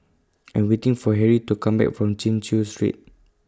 I Am waiting For Harrie to Come Back from Chin Chew Street